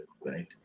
right